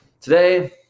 today